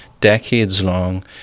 decades-long